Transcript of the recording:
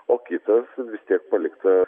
o kitas vis tiek palikta